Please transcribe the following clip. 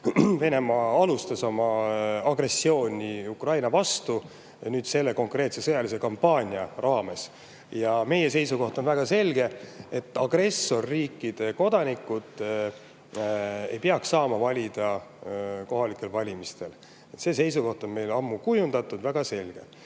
Venemaa alustas oma agressiooni Ukraina vastu. Ja nüüd selle konkreetse sõjalise kampaania raames on meie seisukoht väga selge: agressorriikide kodanikud ei peaks saama valida kohalikel valimistel. See seisukoht on meil ammu kujundatud ja väga